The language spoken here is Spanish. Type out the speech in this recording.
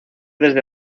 desde